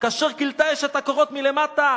"כאשר כילתה האש את הקורות מלמטה,